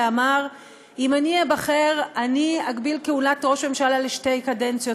ואמר: אם אני אבחר אני אגביל כהונת ראש ממשלה לשתי קדנציות.